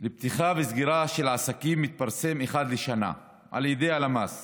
פתיחה וסגירה של העסקים מתפרסם אחד לשנה על ידי הלמ"ס